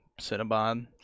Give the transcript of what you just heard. Cinnabon